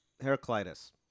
Heraclitus